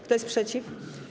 Kto jest przeciw?